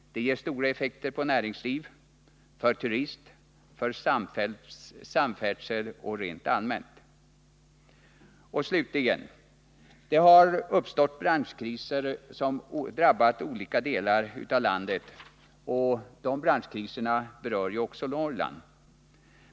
Det skulle betyda mycket för näringslivet, turismen och samfärdseln och rent allmänt. Slutligen något om de branschkriser som drabbat olika delar av vårt land. Dessa branschkriser har också drabbat Norrland.